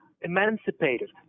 emancipated